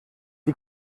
die